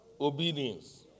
Obedience